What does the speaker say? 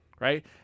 Right